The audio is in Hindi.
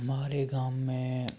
हमारे गाँव में